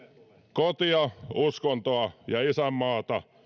kotia uskontoa ja isänmaata